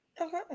Okay